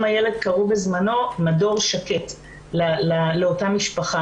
הילד קראה בזמנו "מדור שקט" לאותה משפחה.